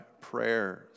prayers